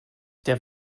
der